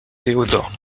théodore